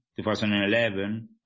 2011